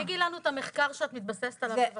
תשיגי לנו את המחקר שאת מתבססת עליו, בבקשה.